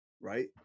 right